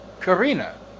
Karina